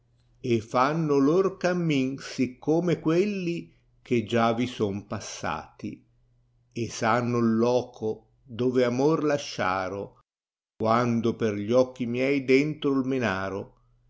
e fanno lor cammin siccome quelli che già vi sod passali e sanno il loco dove amor lasciaro quando per gli occhi miei dentro il tnenaro